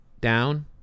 down